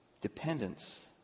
Dependence